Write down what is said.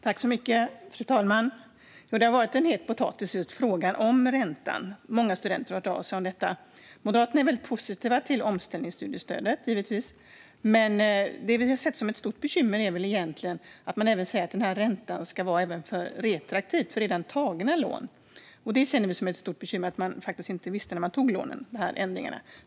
Fru talman! Just frågan om räntan har varit en het potatis, och många studenter har hört av sig om detta. Moderaterna är givetvis väldigt positiva till omställningsstudiestödet, men det vi har sett som ett stort bekymmer är väl att man säger att räntan ska gälla även retroaktivt - alltså för redan tagna lån. Det ser vi som ett stort bekymmer, det vill säga att de som tog lånen faktiskt inte visste om de här ändringarna.